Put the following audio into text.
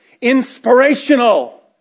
Inspirational